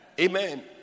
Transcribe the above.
Amen